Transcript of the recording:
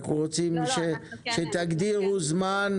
אני רוצה שתגדירו זמן,